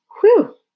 Whew